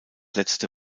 letzte